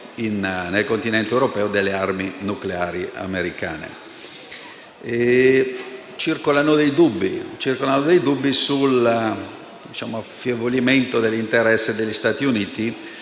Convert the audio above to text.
nel continente europeo delle armi nucleari americane. Circolano dei dubbi sull'affievolimento dell'interesse degli Stati Uniti